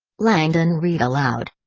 langdon read aloud.